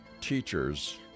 teachers